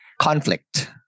conflict